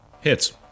Hits